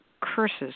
curses